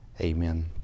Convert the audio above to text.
Amen